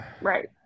right